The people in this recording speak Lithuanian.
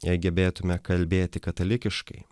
jei gebėtume kalbėti katalikiškai